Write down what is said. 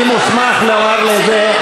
מי מוסמך לומר לי את זה?